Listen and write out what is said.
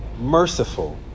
merciful